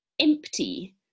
empty